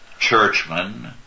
churchmen